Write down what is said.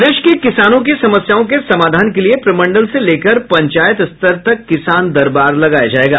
प्रदेश के किसानों की समस्याओं के समाधान के लिये प्रमंडल से लेकर पंचायत स्तर तक किसान दरबार लगाया जायेगा